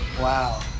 Wow